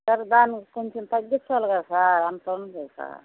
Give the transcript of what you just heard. sir దానికి కొంచెం తగ్గించాలిగా సార్ అంతుంది సార్